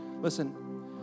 Listen